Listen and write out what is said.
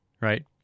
right